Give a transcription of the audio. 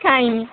খাই নি